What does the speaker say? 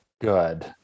good